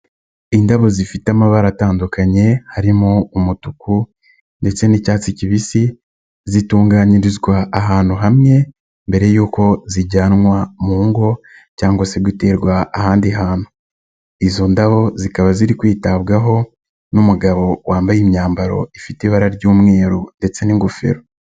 Indabo zifite amabara atandukanye harimo umutuku ndetse n'icyatsi kibisi, zitunganyirizwa ahantu hamwe mbere y'uko zijyanwa mu ngo cyangwa se guterwa ahandi hantu, izo ndabo zikaba ziri kwitabwaho n'umugabo wambaye imyambaro ifite ibara ry'umweru ndetse n'ingofero.